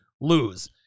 lose